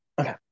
Okay